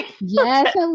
Yes